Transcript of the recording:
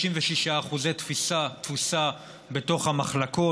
96% תפוסה בתוך המחלקות,